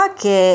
che